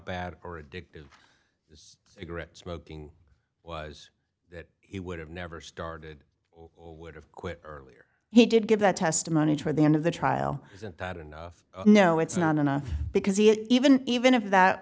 bad or addictive smoking was that he would have never started would have quit earlier he did give that testimony to the end of the trial isn't that enough no it's not enough because he even even if that